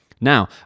Now